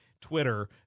Twitter